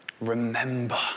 Remember